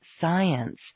science